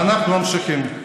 ואנחנו ממשיכים.